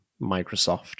Microsoft